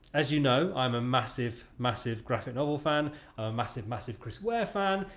as you know, i'm a massive, massive graphic novel fan, a massive, massive chris ware fan,